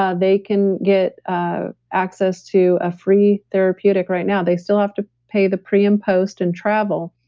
ah they can get ah access to a free therapeutic right now. they still have to pay the pre and post and travel,